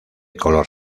color